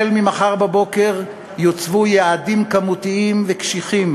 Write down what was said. מחר בבוקר יוצבו יעדים כמותיים וקשיחים